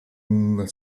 una